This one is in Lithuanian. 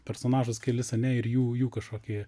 personažus kelis ane ir jų jų kažkokį